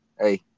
Hey